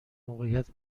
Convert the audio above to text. موقعیت